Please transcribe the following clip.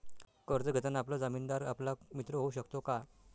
कर्ज घेताना आपला जामीनदार आपला मित्र होऊ शकतो का?